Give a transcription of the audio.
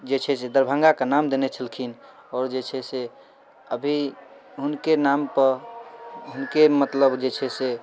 जे छै से दरभङ्गाके नाम देने छलखिन आओर जे छै से अभी हुनके नामपर हुनके मतलब जे छै से